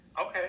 Okay